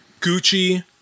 Gucci